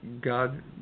God